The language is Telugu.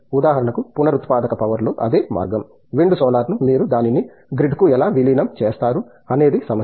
ఉదాహరణకు పునరుత్పాదక పవర్ లో అదే మార్గం విండ్ సోలార్ ను మీరు దానిని గ్రిడ్కు ఎలా విలీనం చేస్తారు అనేది సమస్య